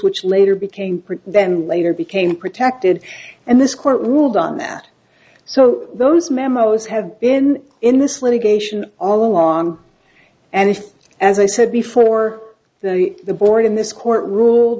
which later became pretty then later became protected and this court ruled on that so those memos have been in this litigation all along and if as i said before that the board in this court ruled